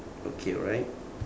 okay right